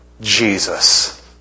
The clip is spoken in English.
Jesus